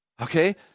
Okay